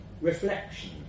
reflection